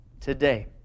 today